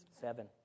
Seven